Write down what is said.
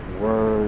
words